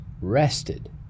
rested